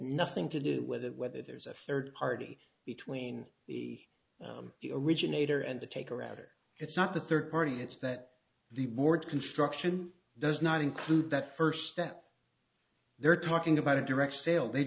nothing to do with whether there's a third party between the originator and the taker outer it's not the third party it's that the board construction does not include that first step they're talking about a direct sale they